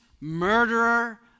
murderer